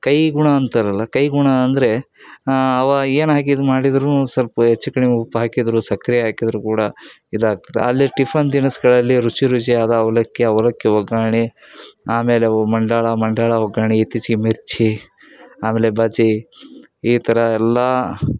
ಕೈಗುಣ ಅಂತಾರಲ್ಲ ಕೈಗುಣ ಅಂದರೆ ಅವ ಏನು ಹಾಕಿ ಇದು ಮಾಡಿದರೂ ಸ್ವಲ್ಪ ಹೆಚ್ಚು ಕಡಿಮೆ ಉಪ್ಪು ಹಾಕಿದ್ರು ಸಕ್ಕರೆ ಹಾಕಿದರೂ ಕೂಡ ಇದಾಗ್ತದೆ ಅಲ್ಲಿ ಟಿಫನ್ ತಿನಿಸುಗಳಲ್ಲಿ ರುಚಿ ರುಚಿಯಾದ ಅವಲಕ್ಕಿ ಅವಲಕ್ಕಿ ಒಗ್ಗರ್ಣೆ ಆಮೇಲೆ ಮಂಡಾಳು ಮಂಡಾಳು ಒಗ್ಗರ್ಣೆ ಇತ್ತೀಚಿಗೆ ಮಿರ್ಚಿ ಆಮೇಲೆ ಬಜ್ಜಿ ಈ ಥರ ಎಲ್ಲ